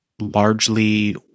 largely